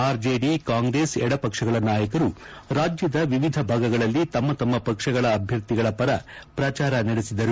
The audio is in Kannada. ಆರ್ಜೆಡಿ ಕಾಂಗ್ರೆಸ್ ಎಡಪಕ್ಷಗಳ ನಾಯಕರು ರಾಜ್ಯದ ವಿವಿಧ ಭಾಗಗಳಲ್ಲಿ ತಮ್ಮ ತಮ್ಮ ಪಕ್ಷದ ಅಭ್ಯರ್ಥಿಗಳ ಪರ ಪ್ರಚಾರ ನಡೆಸಿದರು